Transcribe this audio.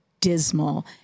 dismal